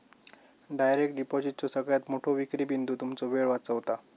direct डिपॉजिटचो सगळ्यात मोठो विक्री बिंदू तुमचो वेळ वाचवता